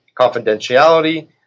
confidentiality